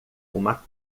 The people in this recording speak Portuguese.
uma